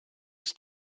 ist